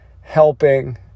helping